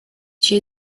she